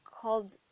called